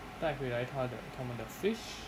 带回来他的他们的 fish